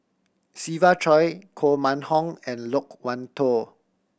Siva Choy Koh Mun Hong and Loke Wan Tho